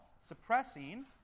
Suppressing